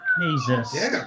Jesus